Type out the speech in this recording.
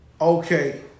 Okay